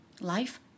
life